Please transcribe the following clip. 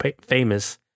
famous